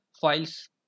files